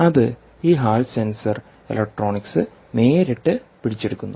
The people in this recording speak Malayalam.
അത് ഈ ഹാൾ സെൻസർഇലക്ട്രോണിക്സ് നേരിട്ട് പിടിച്ചെടുക്കുന്നു